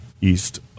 east